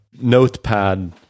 Notepad